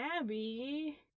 Abby